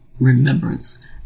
remembrance